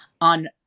on